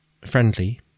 friendly